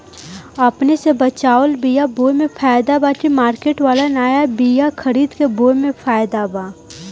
अपने से बचवाल बीया बोये मे फायदा बा की मार्केट वाला नया बीया खरीद के बोये मे फायदा बा?